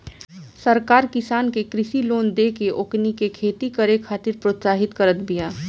सरकार किसान के कृषि लोन देके ओकनी के खेती करे खातिर प्रोत्साहित करत बिया